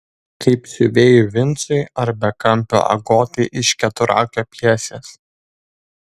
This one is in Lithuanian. kaip siuvėjui vincui ar bekampio agotai iš keturakio pjesės